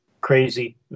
crazy